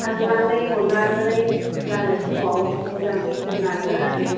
सान्नानै हनानै जानाय समाव मोजाङै फैथों होन्नानै